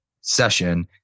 session